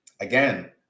again